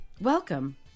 Welcome